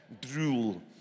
Drool